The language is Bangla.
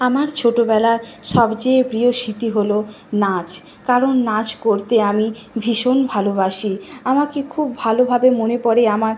আমার ছোটোবেলার সবচেয়ে প্রিয় স্মৃতি হলো নাচ কারণ নাচ করতে আমি ভীষণ ভালোবাসি আমাকে খুব ভালোভাবে মনে পড়ে আমার